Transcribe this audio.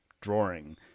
drawing